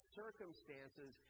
circumstances